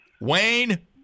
Wayne